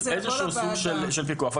איזשהו סוג של פיקוח.